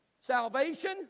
salvation